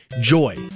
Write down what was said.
joy